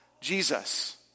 Jesus